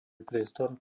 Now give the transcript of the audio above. priestor